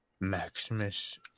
Maximus